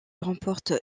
remporte